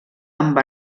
amb